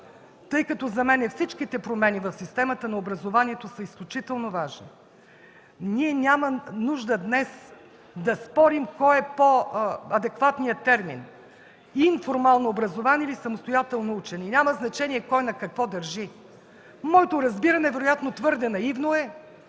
тъй като за мен всичките промени в системата на образованието са изключително важни, няма нужда днес да спорим кой е по-адекватният термин – информално образование, или самостоятелно учене? Няма значение кой на какво държи. Моето разбиране, вероятно твърде наивно, е,